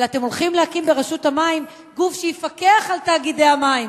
אלא אתם הולכים להקים ברשות המים גוף שיפקח על תאגידי המים.